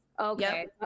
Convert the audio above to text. Okay